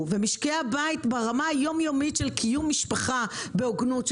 ומשקי הבית ברמה היום-יומית של קיום משפחה בהוגנות,